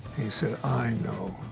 he said, i know,